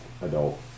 adult